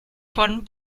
von